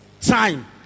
Time